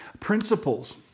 Principles